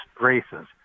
races